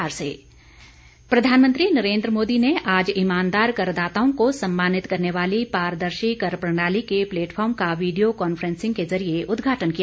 प्रधानमंत्री प्रधानमंत्री नरेन्द्र मोदी ने आज ईमानदार करदाताओं को सम्मानित करने वाली पारदर्शी कर प्रणाली के प्लेटफॉर्म का वीडियो कॉन्फ्रेंसिंग के जरिए उद्घाटन किया